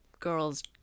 Girls